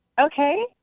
Okay